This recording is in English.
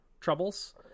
troubles